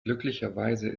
glücklicherweise